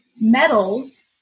metals